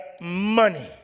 money